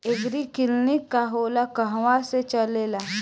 एगरी clinic का होला कहवा से चलेँला?